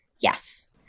yes